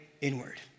inward